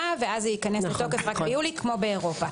ואז זה ייכנס לתוקף רק ביולי כמו באירופה.